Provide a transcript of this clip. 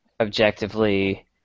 objectively